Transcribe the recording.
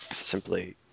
simply